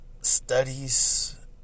studies